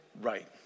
right